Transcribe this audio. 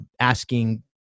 asking